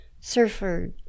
surfer